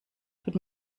tut